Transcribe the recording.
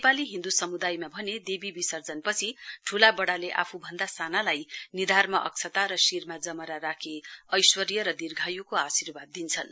नेपाली हिन्दु समुदायमा भने देवी विसर्जनपछि ठूला बड़ाले आफूभन्दा सानालाई निधारमा अक्षता र शिरमा जमरा राखि ऐश्वर्य र दीर्घायुको आर्शीवाद दिन्छन्